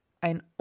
ein